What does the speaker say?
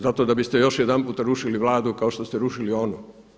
Zašto? zato da biste još jedanputa rušili Vladu kao što ste rušili onu.